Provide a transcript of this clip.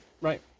right